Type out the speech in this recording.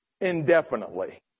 indefinitely